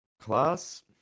Class